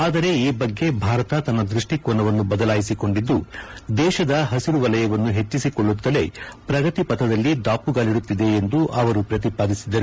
ಆದರೆ ಈ ಬಗ್ಗೆ ಭಾರತ ತನ್ನ ದೃಷ್ಟಿಕೋನವನ್ನು ಬದಲಾಯಿಸಿಕೊಂಡಿದ್ದು ದೇಶದ ಪಿಸಿರು ವಲಯವನ್ನು ಪೆಚ್ಚಿಸಿಕೊಳ್ಳುತ್ತಲೇ ಪ್ರಗತಿಪಥದಲ್ಲಿ ದಾಮಗಾಲಿಡುತ್ತಿದೆ ಎಂದು ಅವರು ಪ್ರತಿಪಾದಿಸಿದರು